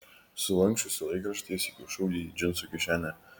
sulanksčiusi laikraštį įsikišau jį į džinsų kišenę